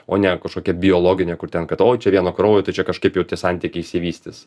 o ne kažkokia biologinė kur ten kad oi čia vieno kraujo tai čia kažkaip jau tie santykiai išsivystys